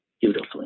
beautifully